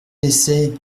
laisser